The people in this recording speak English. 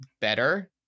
better